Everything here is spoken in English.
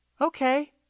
Okay